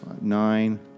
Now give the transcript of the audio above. nine